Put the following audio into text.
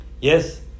Yes